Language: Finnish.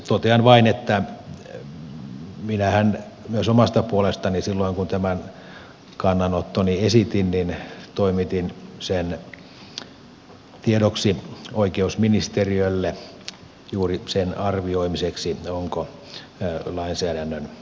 totean vain että minähän myös omasta puolestani silloin kun tämän kannanottoni esitin toimitin sen tiedoksi oikeusministeriölle juuri sen arvioimiseksi onko lainsäädännön täsmentämisen tarvetta